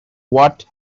what